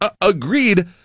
Agreed